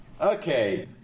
Okay